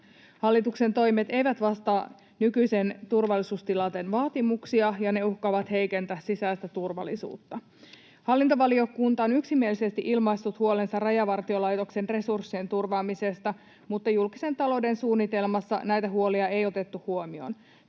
Hallituksen toimet eivät vastaa nykyisen turvallisuustilanteen vaatimuksiin, ja ne uhkaavat heikentää sisäistä turvallisuutta. Hallintovaliokunta on yksimielisesti ilmaissut huolensa Rajavartiolaitoksen resurssien turvaamisesta, mutta julkisen talouden suunnitelmassa näitä huolia ei otettu huomioon.